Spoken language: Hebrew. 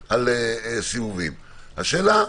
אמנון,